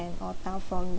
and oldtown from the